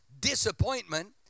disappointment